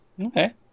Okay